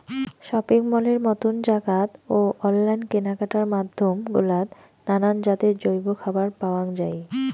shopping মলের মতন জাগাত ও অনলাইন কেনাকাটার মাধ্যম গুলাত নানান জাতের জৈব খাবার পাওয়াং যাই